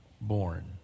born